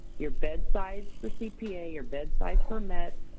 your bed size for cpa, your bed size for met,